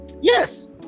Yes